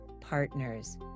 partners